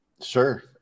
Sure